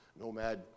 nomad